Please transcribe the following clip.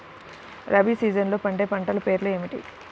రబీ సీజన్లో పండే పంటల పేర్లు ఏమిటి?